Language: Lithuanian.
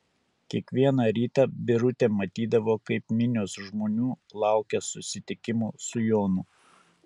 kiekvieną rytą birutė matydavo kaip minios žmonių laukia susitikimo su jonu